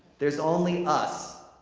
there's only us.